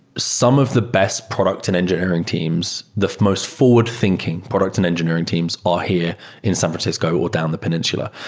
some of the best product and engineering teams, the most forward-thinking product and engineering teams are here in san francisco or down the peninsula.